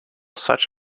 such